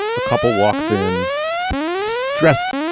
a couple walks in stressed.